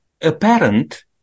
apparent